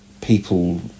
people